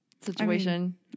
situation